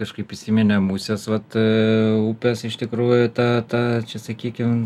kažkaip įsiminė musės vat a upės iš tikrųjų ta ta čia sakykim